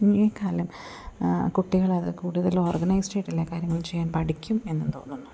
ഈ കാലം കുട്ടിക്കളത് കൂടുതൽ ഓർഗനൈസ്ഡ് ആയിട്ട് എല്ലാ കാര്യങ്ങൾ ചെയ്യാൻ പഠിക്കും എന്നു തോന്നുന്നു